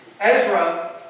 Ezra